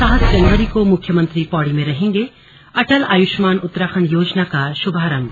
सात जनवरी को मुख्यमंत्री पौड़ी में करेंगे अटल आयुष्मान उत्तराखंड योजना का शुभारंभ